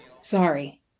Sorry